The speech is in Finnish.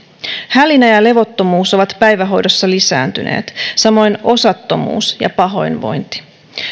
hälinä ja ja levottomuus ovat päivähoidossa lisääntyneet samoin osattomuus ja pahoinvointi